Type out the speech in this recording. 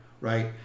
right